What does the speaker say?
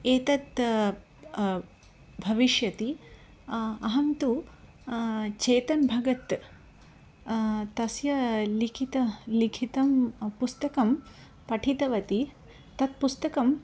एतत् भविष्यति अहं तु चेतन् भगत् तस्य लिखितं लिखितं पुस्तकं पठितवती तत् पुस्तकं